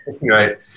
Right